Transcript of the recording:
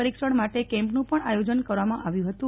પરીક્ષણ માટે કેમ્પનું પણ આયોજન કરવામાં આવ્યું હતું